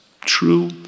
true